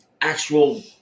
actual